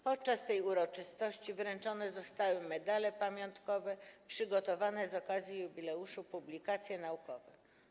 Podczas tej uroczystości wręczone zostały medale pamiątkowe oraz przygotowane z okazji jubileuszu publikacje naukowe.